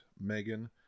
Megan